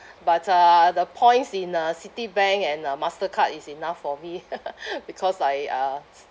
but uh the points in uh Citibank and uh Mastercard is enough for me because I uh